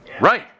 Right